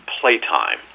playtime